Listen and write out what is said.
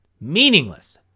Meaningless